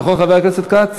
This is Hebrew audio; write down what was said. נכון, חבר הכנסת כץ?